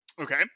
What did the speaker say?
Okay